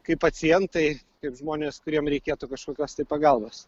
kaip pacientai kaip žmonės kuriem reikėtų kažkokios tai pagalbos